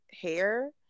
hair